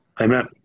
Amen